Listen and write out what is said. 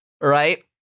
right